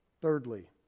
Thirdly